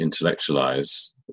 intellectualize